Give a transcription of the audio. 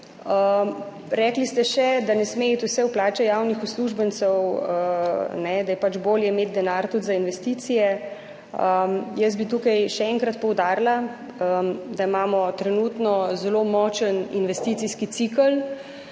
Rekli ste še, da ne sme iti vse v plače javnih uslužbencev, ne, da je pač bolje imeti denar tudi za investicije. Jaz bi tukaj še enkrat poudarila, da imamo trenutno zelo močen investicijski cikel.